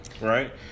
right